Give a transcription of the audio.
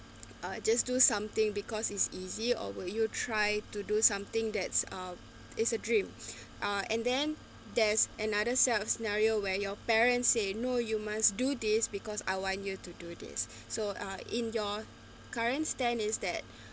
uh just do something because it's easy or will you try to do something that's uh it's a dream uh and then there's another set of scenario where your parents say no you must do this because I want you to do this so uh in your current stand is that